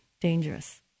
dangerous